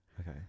okay